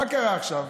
מה קרה עכשיו?